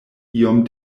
iom